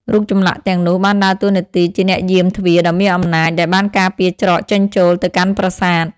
រូបចម្លាក់ទាំងនោះបានដើរតួនាទីជាអ្នកយាមទ្វារដ៏មានអំណាចដែលបានការពារច្រកចេញចូលទៅកាន់ប្រាសាទ។